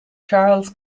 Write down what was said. charles